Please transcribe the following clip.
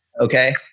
okay